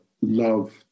love